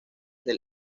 del